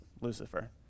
Lucifer